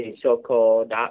so-called